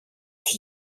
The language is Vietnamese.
thì